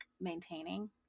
maintaining